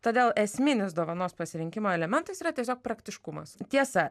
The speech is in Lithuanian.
todėl esminis dovanos pasirinkimo elementas yra tiesiog praktiškumas tiesa